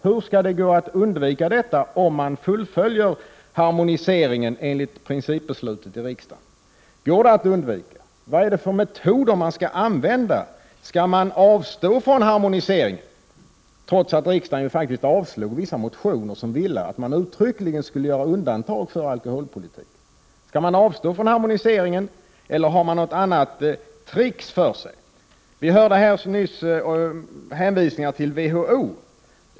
Hur skall det gå att undvika detta, om man fullföljer harmoniseringen enligt riksdagens principbeslut? Går det att undvika? Vad är det för metoder man skall använda? Skall man avstå från harmonisering, trots att riksdagen faktiskt avslog vissa motioner med förslag om att man uttryckligen skulle göra undantag för alkoholpolitiken? Skall man avstå från harmonisering, eller har man något trick för sig? Vi hörde nyss hur man hänvisade till WHO.